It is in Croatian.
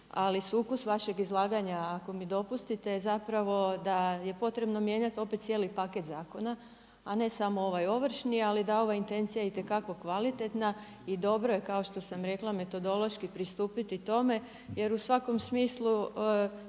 ali sukus vašeg izlaganja ako mi dopustite je zapravo da je potrebno mijenjati opet cijeli paket zakona, a ne samo ovaj ovršni ali da je ova intencija itekako kvalitetna i dobro je kao što sam rekla metodološki pristupiti tome jer u svakom smislu